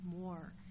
more